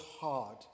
hard